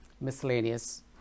miscellaneous